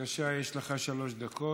יש לך שלוש דקות.